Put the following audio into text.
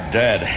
dead